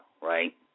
right